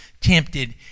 tempted